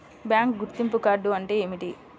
Bank గుర్తింపు card అంటే ఏమిటి?